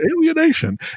alienation